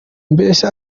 mbese